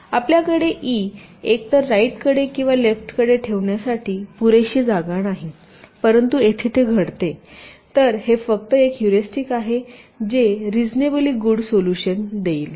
तर आपल्याकडे ई एकतर राईटकडे किंवा लेफ्टकडे ठेवण्यासाठी पुरेशी जागा नाही परंतु येथे ते घडते तर हे फक्त एक ह्युरीस्टीक आहे जे रीजनेबली गुड सोल्युशन देईल